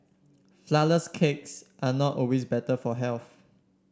flourless cakes are not always better for health